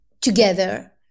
together